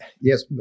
Yes